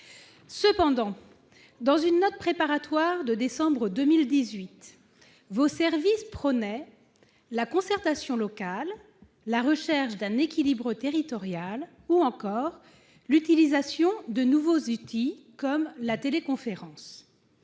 Cependant, dans une note préparatoire de décembre 2018, vos services prônaient la concertation locale, la recherche d'un équilibre territorial ou encore l'utilisation de nouveaux outils, comme la téléconférence.